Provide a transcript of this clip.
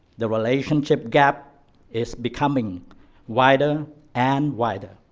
the relationship gap is becoming wider and wider.